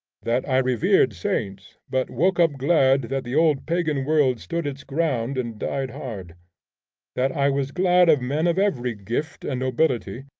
that i revered saints, but woke up glad that the old pagan world stood its ground and died hard that i was glad of men of every gift and nobility,